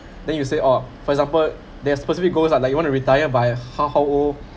then you say oh for example there are supposed to be goals ah like you want to retire by how how old